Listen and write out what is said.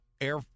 air